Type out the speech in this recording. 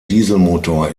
dieselmotor